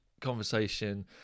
conversation